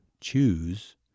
choose